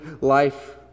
life